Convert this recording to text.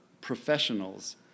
professionals